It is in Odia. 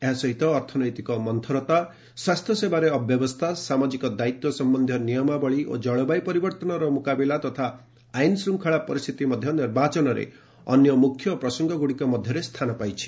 ଏହାସହିତ ଅର୍ଥନୀତିକ ମନ୍ଥରତା ସ୍ୱାସ୍ଥ୍ୟସେବାରେ ଅବ୍ୟବସ୍ଥା ସାମାଜିକ ଦାୟିତ୍ୱ ସମ୍ଭନ୍ଧୀୟ ନିୟମାବଳୀ ଓ ଜଳବାୟୁ ପରିବର୍ତ୍ତନର ମୁକାବିଲା ତଥା ଆଇନ୍ ଶ୍ରୁଙ୍ଗଳା ପରିସ୍ଥିତି ମଧ୍ୟ ନିର୍ବାଚନରେ ଅନ୍ୟ ମୁଖ୍ୟ ପ୍ରସଙ୍ଗଗୁଡ଼ିକ ମଧ୍ୟରେ ସ୍ଥାନ ପାଇଛି